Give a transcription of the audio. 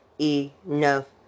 enough